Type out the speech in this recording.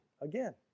again